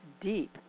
deep